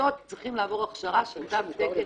כיתות וצריכים לעבור הכשרה של תו תקן,